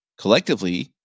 collectively